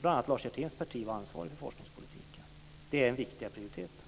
bl.a. Lars Hjerténs parti var ansvarigt för forskningspolitiken. Det är den viktiga prioriteten.